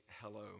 hello